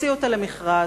נוציא אותה למכרז,